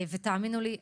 תאמינו לי,